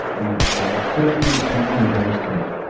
and that's almost certainly an underestimate.